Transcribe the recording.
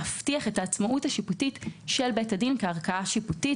להבטיח את העצמאות השיפוטית של בית הדין כערכאה שיפוטית,